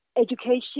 education